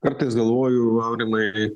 kartais galvoju aurimai